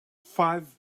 five